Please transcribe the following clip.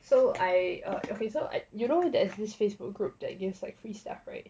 so I err okay so I you know there's this facebook group that gives like free stuff [right]